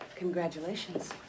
Congratulations